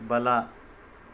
ಬಲ